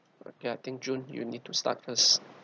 okay I think june you need to start first